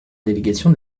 délégation